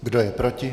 Kdo je proti?